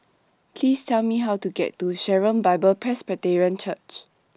Please Tell Me How to get to Sharon Bible Presbyterian Church